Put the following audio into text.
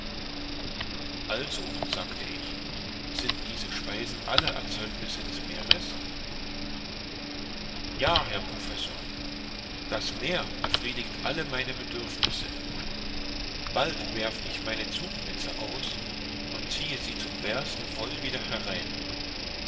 also sagte ich sind diese speisen alle erzeugnisse des meeres ja herr professor das meer befriedigt alle meine bedürfnisse bald werf ich meine zugnetze aus und ziehe sie zum bersten voll wieder herein